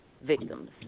victims